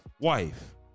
wife